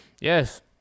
Yes